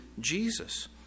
Jesus